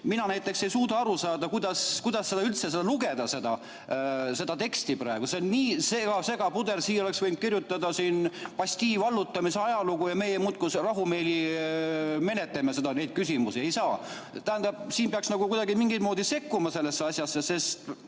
Mina näiteks ei suuda aru saada, kuidas üldse seda teksti lugeda, see on nii segapuder. Siin oleks võinud kirjutada Bastille' vallutamise ajalugu ja meie muudkui rahumeeli menetleme neid küsimusi. Ei saa. Tähendab, siin peaks mingit moodi sekkuma sellesse asjasse, sest